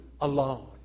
alone